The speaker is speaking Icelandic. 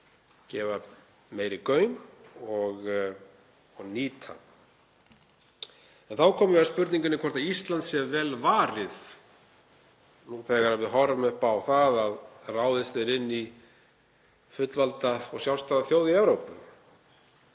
gefa meiri gaum og nýta. Þá komum við að spurningunni hvort Ísland sé vel varið nú þegar við horfum upp á það að ráðist er inn í fullvalda og sjálfstæða þjóð í Evrópu.